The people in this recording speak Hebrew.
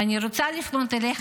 ואני רוצה לפנות אליך,